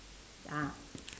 ya